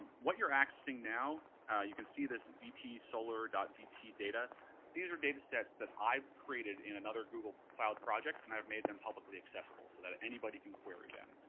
what you're accessing now you can see this vt solar dot vt data these are data sets that i've created in another google cloud project, and i've made them publicly accessible so that anybody can query them.